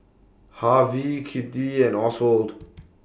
Harvie Kitty and Oswald